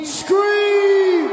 scream